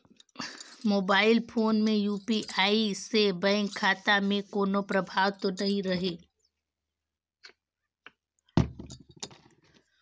Mobile phone मे UPI से bank खाता मे कोनो प्रभाव तो नइ रही?